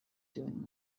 doing